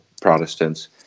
Protestants